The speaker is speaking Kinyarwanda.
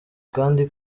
kandi